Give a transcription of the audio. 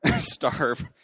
starve